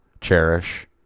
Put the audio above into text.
cherish